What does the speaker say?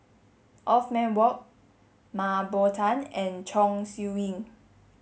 Othman Wok Mah Bow Tan and Chong Siew Ying